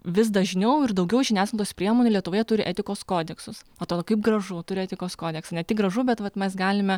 vis dažniau ir daugiau žiniasklaidos priemonių lietuvoje turi etikos kodeksus atrodo kaip gražu turi etikos kodeksą ne tik gražu bet vat mes galime